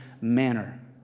manner